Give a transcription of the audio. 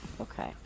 Okay